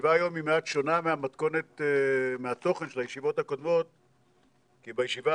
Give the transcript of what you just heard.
הישיבה היום היא מעט שונה מהתוכן של הישיבות הקודמות כי בישיבה